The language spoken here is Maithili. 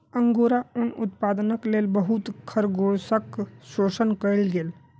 अंगोरा ऊनक उत्पादनक लेल बहुत खरगोशक शोषण कएल गेल